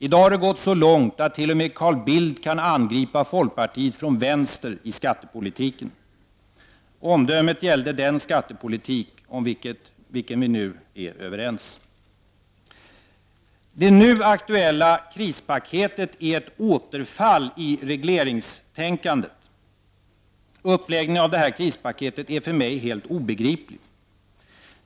I dag har det gått så långt att t.o.m. Carl Bildt kan angripa folkpartiet från vänster i skattepolitiken.” Omdömet gällde den skattepolitik om vilken vi nu är överens. Det nu aktuella krispaketet är ett återfall i regleringstänkandet. Uppläggningen av detta krispaket är för mig helt obegriplig.